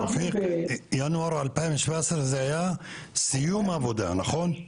רפיק, ינואר 2019 זה היה סיום עבודה, נכון?